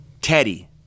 Teddy